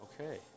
Okay